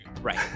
Right